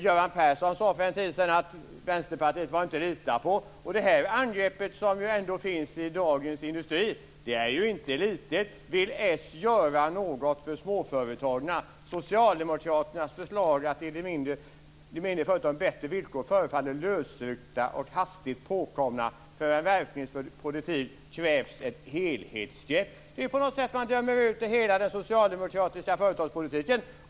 Göran Persson sade för en tid sedan att Vänsterpartiet inte var att lita på. Och angreppet som finns i Dagens Industri är ju inte litet: "Vill Socialdemokraterna göra något för småföretagen? Socialdemokraternas förslag för att ge de mindre företagen bättre villkor förefaller lösryckta och hastigt hopkomna. För en verkningsfull politik krävs ett helhetsgrepp." Man dömer på något sätt ut hela den socialdemokratiska företagspolitiken.